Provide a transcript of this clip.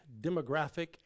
demographic